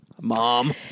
Mom